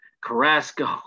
Carrasco